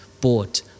bought